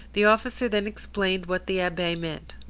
the officer then explained what the abbe meant.